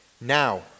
Now